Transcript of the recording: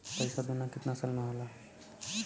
पैसा दूना कितना साल मे होला?